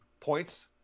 points